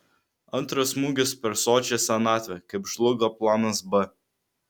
antras smūgis per sočią senatvę kaip žlugo planas b